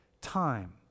time